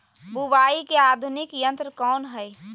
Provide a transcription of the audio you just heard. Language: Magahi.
बुवाई के लिए आधुनिक यंत्र कौन हैय?